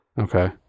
okay